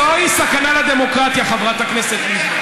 זוהי סכנה לדמוקרטיה, חברת הכנסת לבני.